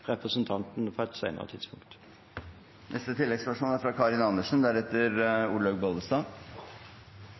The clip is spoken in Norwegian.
representanten på et senere tidspunkt. Karin Andersen